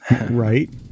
Right